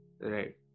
right